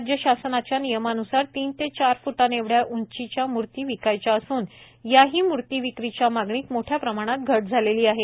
राज्य शासनाच्या नियमान्सार तीन ते चार फ्टां येवढ्या उंचीच्या मूर्ती विकायच्या असून याही मूर्ती विक्रीच्या मागणीत मोठ्या प्रमाणात घट झालेली आहे